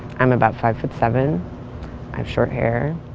i'm about five foot seven, i have short hair.